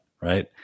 right